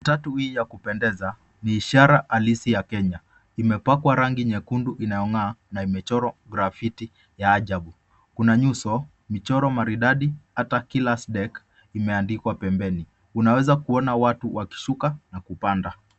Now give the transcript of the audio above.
Matatu hii ya kupendeza ni ishara halisi ya Kenya. Imepakwa rangi nyekundu inayong'aa na imechorwa grafiti ya ajabu. Kuna nyuso, michoro maridadi ata killers deck imeandikwa pembeni. Unaweza kuona watu wakishuka na kupanda.